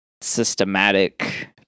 systematic